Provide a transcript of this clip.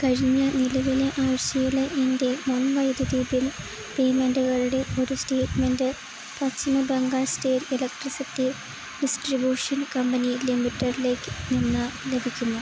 കഴിഞ്ഞ നിലവിലെ ആഴ്ചയിലെ എൻ്റെ മുൻ വൈദ്യുതി ബിൽ പേയ്മെൻ്റുകളുടെ ഒരു statement Paschim Bengal state electricity distribution company ലിമിറ്റഡില് നിന്ന് ലഭിക്കുമോ